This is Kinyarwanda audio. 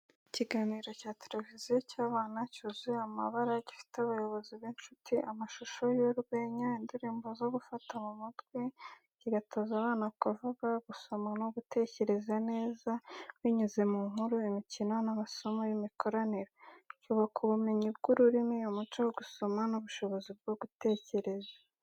Ikiganiro cya televiziyo cy’abana cyuzuye amabara gifite abayobozi b’inshuti, amashusho y’urwenya, n’indirimbo zo gufata mu mutwe, kigatoza abana kuvuga, gusoma no gutekereza neza. Binyuze mu nkuru, imikino, n’amasomo y’imikoranire, cyubaka ubumenyi bw’ururimi, umuco wo gusoma n’ubushobozi bwo gutekereza.